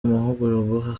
amahugurwa